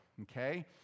okay